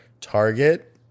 target